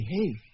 behave